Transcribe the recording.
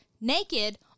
naked